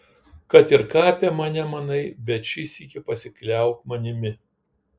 kad ir ką apie mane manai bent šį sykį pasikliauk manimi